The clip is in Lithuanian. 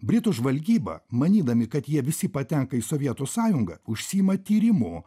britų žvalgyba manydami kad jie visi patenka į sovietų sąjungą užsiima tyrimu